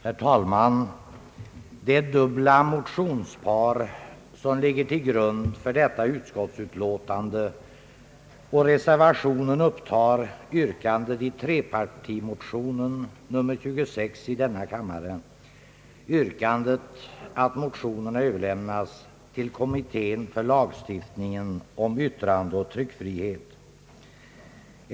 Herr talman Det är dubbla motionspar som ligger till grund för detta utskottsutlåtande, och reservationen upptar yrkandet i trepartimotionen nr 26 i denna kammare, att motionerna måtte överlämnas till kommittén för lagstiftningen om yttrandeoch tryckfrihet.